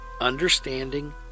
understanding